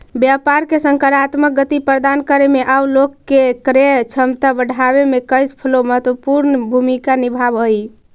व्यापार के सकारात्मक गति प्रदान करे में आउ लोग के क्रय क्षमता बढ़ावे में कैश फ्लो महत्वपूर्ण भूमिका निभावऽ हई